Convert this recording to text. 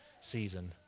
season